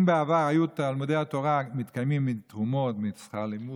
אם בעבר היו תלמודי התורה מתקיימים מתרומות ומשכר הלימוד,